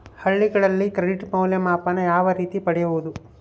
ಹಳ್ಳಿಗಳಲ್ಲಿ ಕ್ರೆಡಿಟ್ ಮೌಲ್ಯಮಾಪನ ಯಾವ ರೇತಿ ಪಡೆಯುವುದು?